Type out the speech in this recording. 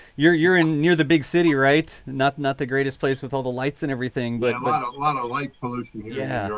you're you're in near the big city, right? not not the greatest place with all the lights and everything, but um ah a lot of light pollution. yeah.